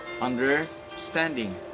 understanding